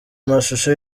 amashusho